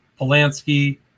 Polanski